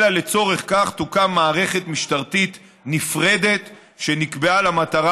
אלא לצורך זה תוקם מערכת משטרתית נפרדת שנקבעה למטרה